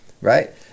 right